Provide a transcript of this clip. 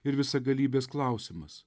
ir visagalybės klausimas